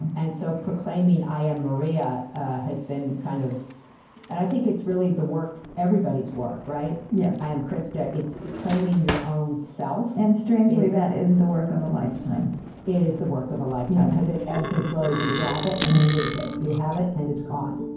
and so proclaiming, i am maria ah has been kind of and i think it's really the work everybody's work. yeah i am krista it's claiming your own self and strangely, that is the work of a lifetime it is the work of a lifetime, because it ebbs and flows you grab it, and you lose it. you have it, and it's gone